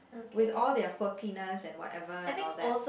with all their quirkiness and whatever and all that